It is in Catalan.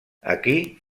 aquí